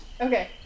Okay